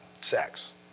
sex